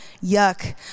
yuck